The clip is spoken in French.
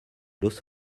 los